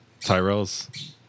Tyrells